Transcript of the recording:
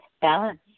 balance